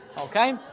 Okay